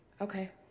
Okay